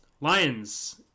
Lions